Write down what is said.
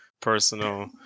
personal